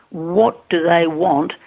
what do they want,